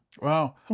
wow